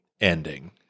ending